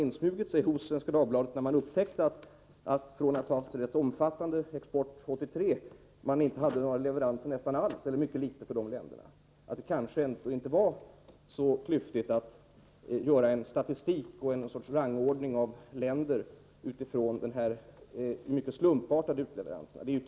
När Svenska Dagbladet upptäckte att Sverige, efter att ha haft en rätt omfattande export till dessa länder, knappast hade några leveranser alls under 1983 — eller i varje fall mycket få — borde kanske den misstanken ha insmugit sig, att det ändå inte var så klokt att göra en statistik och någon sorts rangordning av länder utifrån dessa mycket slumpartade uppgifter om utleveranser.